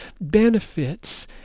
benefits